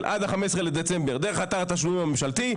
עד 15 בדצמבר דרך אתר התשלומים הממשלתי,